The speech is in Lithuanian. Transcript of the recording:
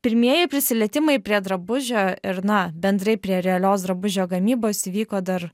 pirmieji prisilietimai prie drabužio ir na bendrai prie realios drabužio gamybos įvyko dar